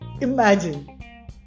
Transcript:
imagine